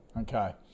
Okay